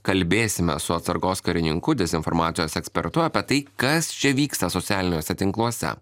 kalbėsime su atsargos karininku dezinformacijos ekspertu apie tai kas čia vyksta socialiniuose tinkluose